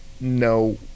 no